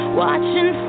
watching